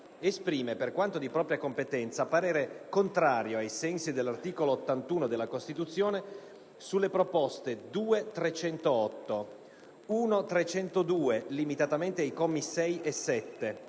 esprime, per quanto dì propria competenza, parere contrario, ai sensi dell'articolo 81 della Costituzione, sulle proposte 2.308, 1.302, limitatamente ai commi 6 e 7,